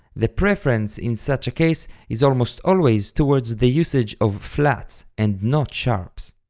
the preference in such a case is almost always towards the usage of flats, and not sharps.